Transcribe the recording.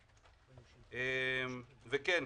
וכן,